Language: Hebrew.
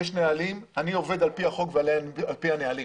יש נהלים ואני עובד על פי החוק ועל פי הנהלים